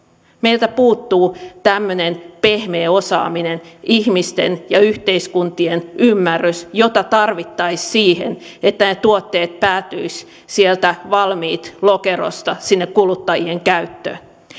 meiltä puuttuu tämmöinen pehmeä osaaminen ihmisten ja yhteiskuntien ymmärrys jota tarvittaisiin siihen että ne tuotteet päätyisivät sieltä valmiit lokerosta sinne kuluttajien